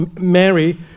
Mary